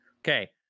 Okay